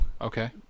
Okay